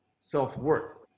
self-worth